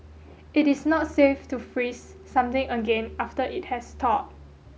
it is not safe to freeze something again after it has thawed